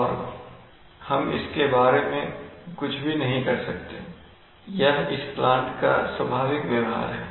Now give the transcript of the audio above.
और हम इसके बारे में कुछ भी नहीं कर सकते यह इस प्लांट का स्वभाविक व्यवहार है